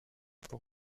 pour